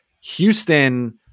Houston